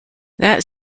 that